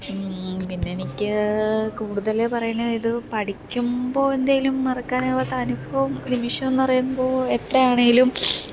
പിന്നെ എനിക്ക് കൂടുതൽ പറയണത് പഠിക്കുമ്പോൾ എന്തേലും മറക്കാനാവാത്ത അനുഭവം നിമിഷമെന്ന് പറയുമ്പോൾ എത്രയാണേലും